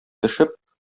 төшеп